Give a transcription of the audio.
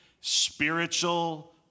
spiritual